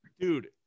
Dude